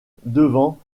devant